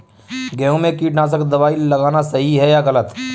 गेहूँ में कीटनाशक दबाई लगाना सही है या गलत?